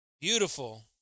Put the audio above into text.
Beautiful